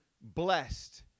blessed